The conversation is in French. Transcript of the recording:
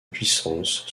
puissances